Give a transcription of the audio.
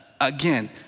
Again